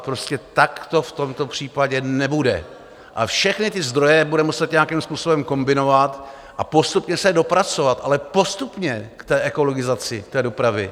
Prostě tak to v tomto případě nebude, všechny zdroje budeme muset nějakým způsobem kombinovat a postupně se dopracovat, ale postupně, k ekologizaci dopravy.